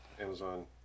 Amazon